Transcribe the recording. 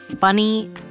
Bunny